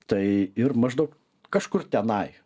tai ir maždaug kažkur tenai